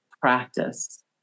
practice